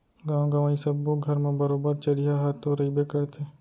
गॉंव गँवई सब्बो घर म बरोबर चरिहा ह तो रइबे करथे